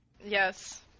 yes